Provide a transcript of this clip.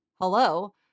hello